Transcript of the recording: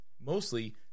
mostly